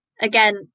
again